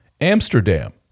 Amsterdam